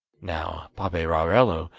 now paperarello,